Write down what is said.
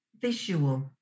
visual